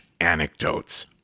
anecdotes